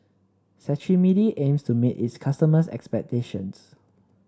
Cetrimide aims to meet its customers' expectations